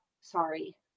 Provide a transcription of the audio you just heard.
sorry